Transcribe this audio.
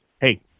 Hey